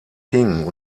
king